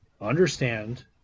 understand